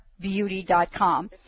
beauty.com